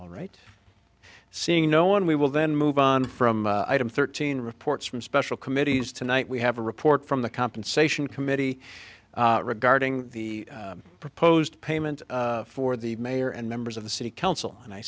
all right seeing no one we will then move on from item thirteen reports from special committees tonight we have a report from the compensation committee regarding the proposed payment for the mayor and members of the city council and i